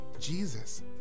Jesus